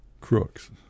crooks